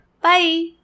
Bye